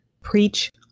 Preach